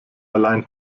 allein